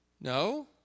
No